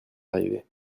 arrivé